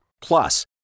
Plus